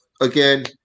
again